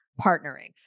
partnering